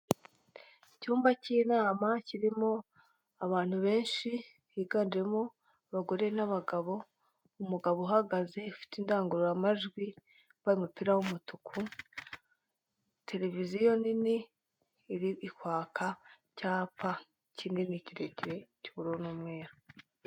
Icyumba cy'inama kirimo abantu benshi, higanjemo abagore n'abagabo, umugabo uhagaze ufite indangururamajwi n'umupira w'umutuku, televiziyo nini iri kwaka, icyapa kinini kirekire cy'uburu n'umweru.